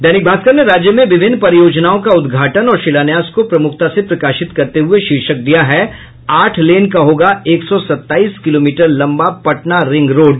दैनिक भास्कर ने राज्य में विभिन्न परियोजनाओं का उद्घाटन और शिलान्यास को प्रमुखता से प्रकाशित करते हुये शीर्षक दिया है आठ लेन का होगा एक सौ सत्ताईस किलोमीटर लंबा पटना रिंग रोड